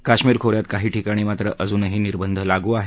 काश्मिर खो यात काही ठिकाणी मात्र अजूनही निर्बंध लागू आहेत